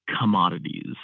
commodities